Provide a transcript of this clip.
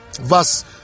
verse